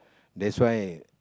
that's why